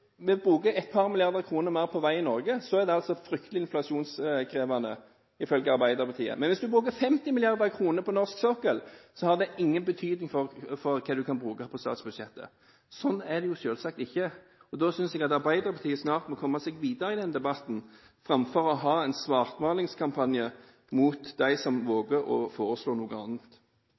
vi bruker et par milliarder kroner mer på vei i Norge, er det fryktelig inflasjonsdrivende – ifølge Arbeiderpartiet – men hvis man bruker 50 mrd. kr på norsk sokkel, har det ingen betydning for hva man kan bruke i statsbudsjettet? Sånn er det selvsagt ikke. Jeg synes at Arbeiderpartiet snart må komme seg videre i denne debatten, framfor å ha svartmalingskampanje mot dem som våger å foreslå noe annet.